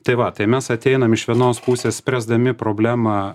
tai va tai mes ateinam iš vienos pusės spręsdami problemą